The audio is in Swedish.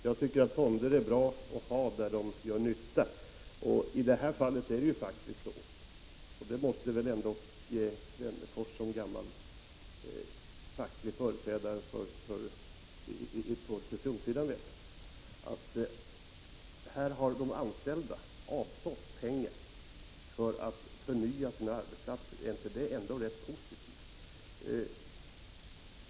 Jag tycker att fonder är bra att ha där de gör nytta, och i det här fallet är det faktiskt så — det måste väl ändå Alf Wennerfors som gammal facklig företrädare på TCO-sidan veta — att de anställda här har avstått pengar för att förnya sina arbetsplatser. Är inte det ändå rätt positivt?